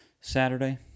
Saturday